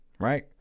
Right